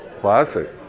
Classic